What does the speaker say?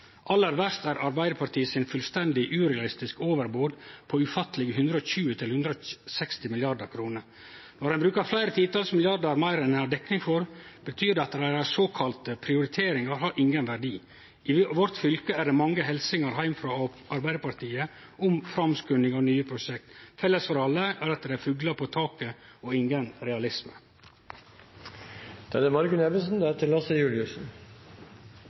Aller verst er Arbeidarpartiet med sine fullstendig urealistiske overbod på ufattelege 120 mrd. kr–160 mrd. kr. Når ein bruker fleire titals milliardar meir enn ein har dekning for, betyr det at deira såkalla prioriteringar ikkje har nokon verdi. I fylket vårt er det mange helsingar heim frå Arbeidarpartiet om framskunding og nye prosjekt. Felles for alle er at det er som fuglar på taket og ingen realisme.